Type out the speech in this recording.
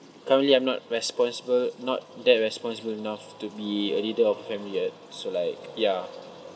currently I'm not responsible not that responsible enough to be a leader of a family yet so like ya